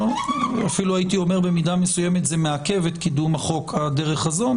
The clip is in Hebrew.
אפילו הייתי אומר: במידה מסוימת זה מעכב את קידום החוק הדרך הזו,